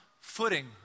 footing